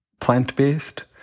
plant-based